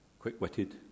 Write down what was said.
Quick-witted